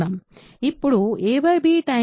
ఇప్పుడు a b c d తీసుకుందాం